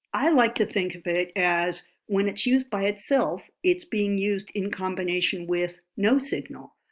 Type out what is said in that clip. i like to think of it as when it's used by itself it's being used in combination with no signal.